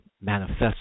manifest